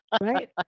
right